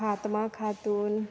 Fatima Khatoon